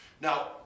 now